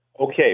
okay